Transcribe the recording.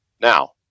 Now